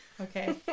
Okay